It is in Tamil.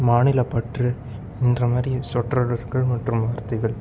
மாநிலப்பற்று என்ற மாதிரி சொற்றொடர்கள் மற்றும் வார்த்தைகள்